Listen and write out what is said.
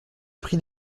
pris